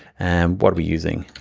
and what we're using?